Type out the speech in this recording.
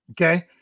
Okay